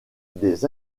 des